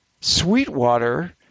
Sweetwater